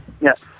yes